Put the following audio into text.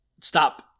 stop